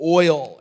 oil